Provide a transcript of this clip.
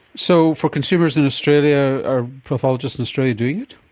so for consumers in australia, are pathologists in australia doing it?